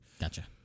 Gotcha